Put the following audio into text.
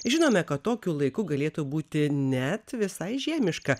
žinome kad tokiu laiku galėtų būti net visai žiemiška